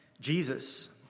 Jesus